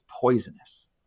poisonous